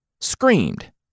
screamed